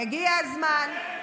מפלגת העבודה,